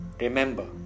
remember